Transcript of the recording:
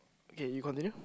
okay you continue